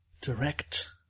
direct